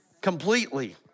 completely